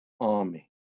army